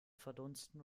verdunsten